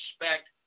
respect